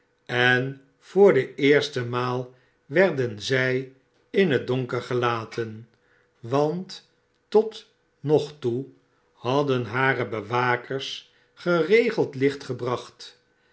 en voor de eerste maal werden zij m het donker gelaten want tot nog toe hadden hare bewakers geregeld licht gebracht